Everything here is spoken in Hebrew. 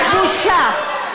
בושה.